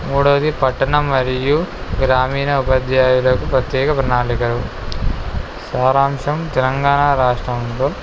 మూడోవది పట్టణం మరియు గ్రామీణ ఉపాధ్యాయులకు ప్రత్యేక ప్రణాళికలు సారాంశం తెలంగాణ రాష్ట్రంలో